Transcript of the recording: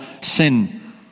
sin